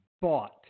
bought